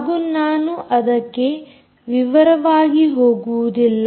ಹಾಗೂ ನಾನು ಅದಕ್ಕೆ ವಿವರವಾಗಿ ಹೋಗುವುದಿಲ್ಲ